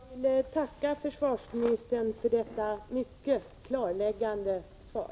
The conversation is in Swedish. Herr talman! Jag vill tacka försvarsministern för detta mycket klargörande svar.